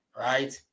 right